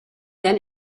then